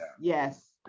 Yes